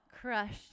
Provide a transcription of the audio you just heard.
crushed